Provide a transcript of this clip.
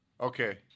Okay